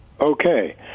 Okay